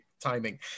timing